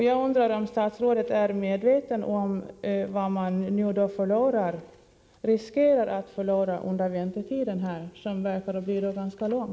Jag undrar om statsrådet är medveten om vad man riskerar att förlora under väntetiden, som verkar bli ganska lång.